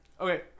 Okay